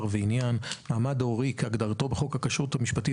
ועניין והמעמד ההורי כהגדרתו בחוק הכשרות המשפטית